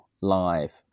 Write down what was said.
live